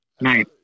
Nice